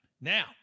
Now